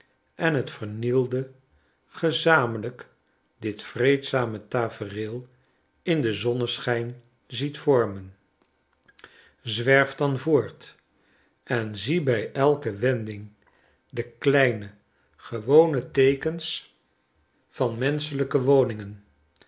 en het vernielde gezamenlijk dit vreedzame tafereel in den zonneschijn ziet vormen zwerf dan voort en zie bij elke wending de kleine gewone teekens van menschelijke woningen